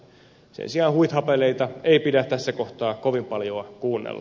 sen sijaan huithapeleita ei pidä tässä kohtaa kovin paljoa kuunnella